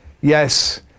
yes